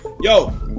Yo